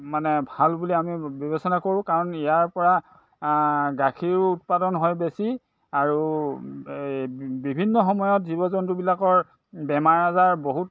মানে ভাল বুলি আমি বিবেচনা কৰোঁ কাৰণ ইয়াৰ পৰা গাখীৰো উৎপাদন হয় বেছি আৰু বিভিন্ন সময়ত জীৱ জন্তুবিলাকৰ বেমাৰ আজাৰ বহুত